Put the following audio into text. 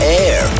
air